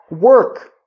work